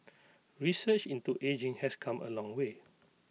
research into ageing has come A long way